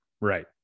Right